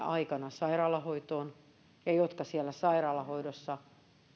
aikana sairaalahoitoon ja jotka siellä sairaalahoidossa